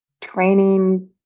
training